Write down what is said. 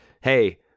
Hey